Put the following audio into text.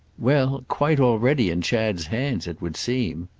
well, quite already in chad's hands, it would seem.